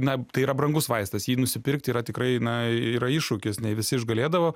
na tai yra brangus vaistas jį nusipirkti yra tikrai na yra iššūkis ne visi išgalėdavo